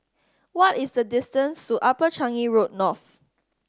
what is the distance to Upper Changi Road North